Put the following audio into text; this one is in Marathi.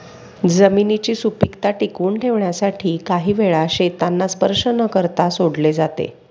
जमिनीची सुपीकता टिकवून ठेवण्यासाठी काही वेळा शेतांना स्पर्श न करता सोडले जाते